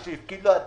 מישהו הפקידו לו,